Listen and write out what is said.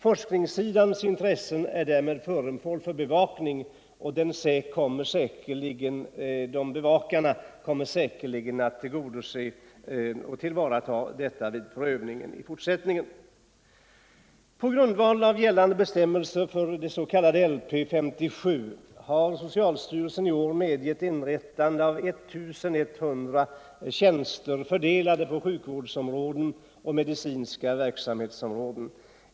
Forskningssidans intressen är därmed föremål för bevakning och kommer säkert att tas till vara vid prövningen i fortsättningen. På grundval av gällande bestämmelser för LP 77 har socialstyrelsen i år medgivit inrättandet av 1 100 tjänster, fördelade på sjukvårdsområden och medicinska verksamhetsområden.